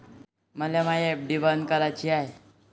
मले मायी एफ.डी बंद कराची हाय